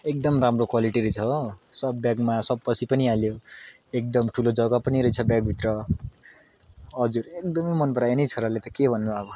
एकदम राम्रो क्वालिटी रहेछ हो सब ब्यागमा सब पसी पनि हाल्यो एकदम ठुलो जग्गा पनि रहेछ ब्यागभित्र हजुर एकदमै मन परायो नि छोराले त के भन्नु अब